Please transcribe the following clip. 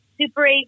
Super